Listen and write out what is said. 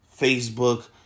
Facebook